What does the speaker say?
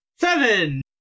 Seven